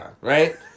right